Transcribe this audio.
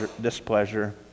displeasure